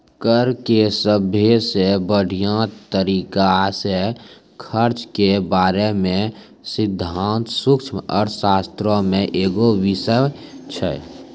कर के सभ्भे से बढ़िया तरिका से खर्च के बारे मे सिद्धांत सूक्ष्म अर्थशास्त्रो मे एगो बिषय छै